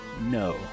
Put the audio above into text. No